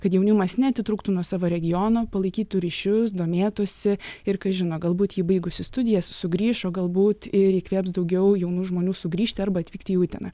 kad jaunimas neatitrūktų nuo savo regiono palaikytų ryšius domėtųsi ir kas žino galbūt ji baigusi studijas sugrįš o galbūt ir įkvėps daugiau jaunų žmonių sugrįžti arba atvykti į uteną